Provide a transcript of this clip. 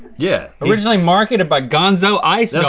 yeah. originally marketed by gonzo ice